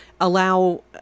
allow